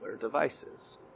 devices